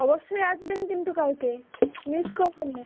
অবশ্যই আসবেন কিন্তু কালকে মিস করবেন না